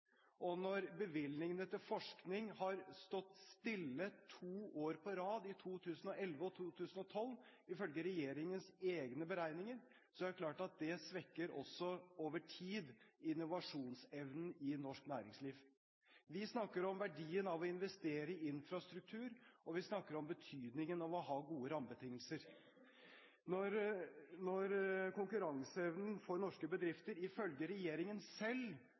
Når bevilgningene til forskning har stått stille to år på rad – i 2011 og 2012 – ifølge regjeringens egne beregninger, er det klart at det over tid også svekker innovasjonsevnen i norsk næringsliv. Vi snakker om verdien av å investere i infrastruktur, og vi snakker om betydningen av å ha gode rammebetingelser. Når konkurranseevnen for norske bedrifter ifølge regjeringen selv